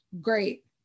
great